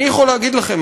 אני יכול להגיד לכם,